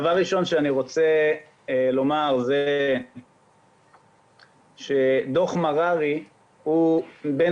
דבר ראשון שארצה לומר הוא שדו"ח מררי הוא בין